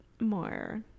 more